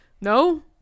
No